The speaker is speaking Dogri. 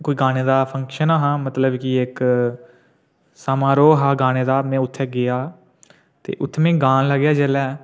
कोई गाने दा फंक्शन हा मतलब कि इक समारोह् हा गाने दा में उत्थै गेआ ते उत्थै में गान लगेआ जेल्लै